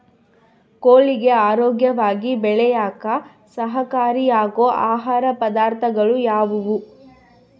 ಕೋಳಿಗೆ ಆರೋಗ್ಯವಾಗಿ ಬೆಳೆಯಾಕ ಸಹಕಾರಿಯಾಗೋ ಆಹಾರ ಪದಾರ್ಥಗಳು ಯಾವುವು?